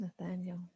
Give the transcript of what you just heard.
nathaniel